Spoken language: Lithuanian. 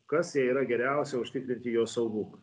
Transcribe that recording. kas jai yra geriausia užtikrinti jos saugumą